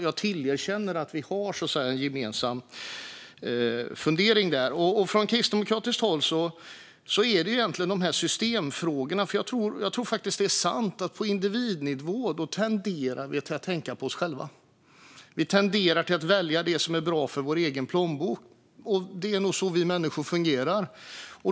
Jag erkänner att vi har en gemensam fundering där. Från kristdemokratiskt håll handlar det egentligen om systemfrågorna. Jag tror faktiskt att det är sant att vi på individnivå tenderar att tänka på oss själva. Vi tenderar att välja det som är bra för vår egen plånbok; det är nog så vi människor fungerar.